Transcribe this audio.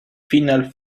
final